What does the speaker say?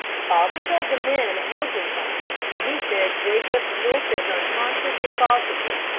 father told the men at milking time, and he said jacobs looked as unconscious as possible.